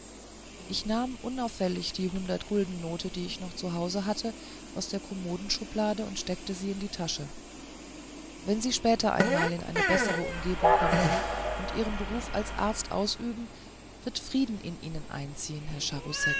ich nahm unauffällig die hundertguldennote die ich noch zu hause hatte aus der kommodenschublade und steckte sie in die tasche wenn sie später einmal in eine bessere umgebung kommen und ihren beruf als arzt ausüben wird frieden bei ihnen einziehen herr